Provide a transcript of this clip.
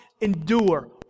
endure